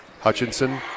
Hutchinson